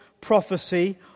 prophecy